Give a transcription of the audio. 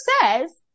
says